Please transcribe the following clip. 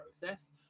process